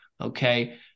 Okay